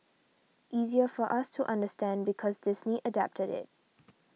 easier for us to understand because Disney adapted it